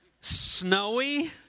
Snowy